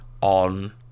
on